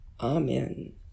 Amen